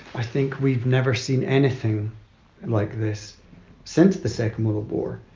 i think we've never seen anything like this since the second world war.